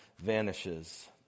vanishes